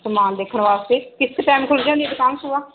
ਸਮਾਨ ਦੇਖਣ ਵਾਸਤੇ ਕਿਸ ਟਾਈਮ ਖੁੱਲ ਜਾਂਦੀ ਦੁਕਾਨ ਸੁਬਹ